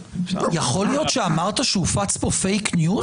יכול להיות שאמרת שהופץ פה פייק ניוז?